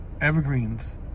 evergreens